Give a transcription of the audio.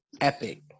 epic